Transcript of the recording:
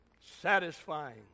satisfying